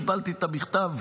קיבלתי את המכתב,